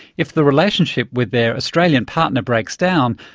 if the relationship with their australian partner breaks down,